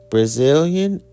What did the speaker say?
Brazilian